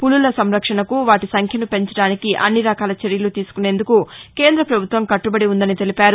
పులుల సంరక్షణకు వాటి సంఖ్యను పెంచడానికి అన్ని రకాల చర్యలు తీసుకునేందుకు కేంద్ర పభుత్వం కట్లుబడి ఉందని తెలిపారు